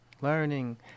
learning